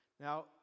Now